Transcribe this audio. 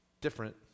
different